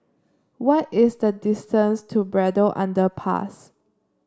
what is the distance to Braddell Underpass